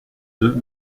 deux